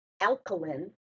alkaline